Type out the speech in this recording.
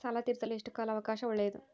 ಸಾಲ ತೇರಿಸಲು ಎಷ್ಟು ಕಾಲ ಅವಕಾಶ ಒಳ್ಳೆಯದು?